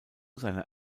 seiner